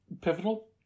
Pivotal